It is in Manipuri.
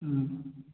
ꯎꯝ